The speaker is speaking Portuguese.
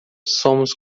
somos